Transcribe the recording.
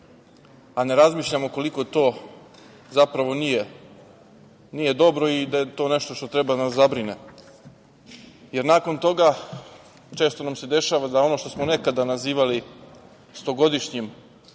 a ne razmišljamo koliko to zapravo nije dobro i da je to nešto što treba da nas zabrine, jer nakon toga često nam se dešava da ono što smo nekada nazivali stogodišnjim